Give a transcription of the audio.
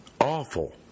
awful